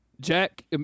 jack